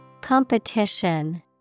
Competition